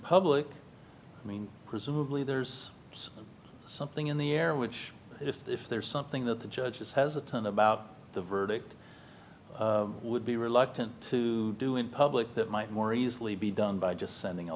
public presumably there's something in the air which if there is something that the judge is hesitant about the verdict would be reluctant to do in public that might more easily be done by just sending a